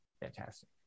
fantastic